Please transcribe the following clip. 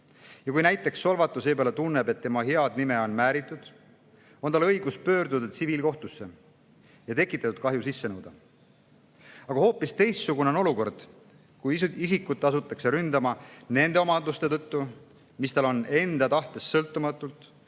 Kui näiteks solvatu seepeale tunneb, et tema head nime on määritud, on tal õigus pöörduda tsiviilkohtusse ja tekitatud kahju sisse nõuda. Hoopis teistsugune on aga olukord siis, kui isikut asutakse ründama nende omaduste tõttu, mis tal on enda tahtest sõltumatult,